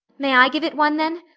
may i give it one then?